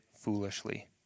foolishly